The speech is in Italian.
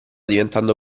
diventando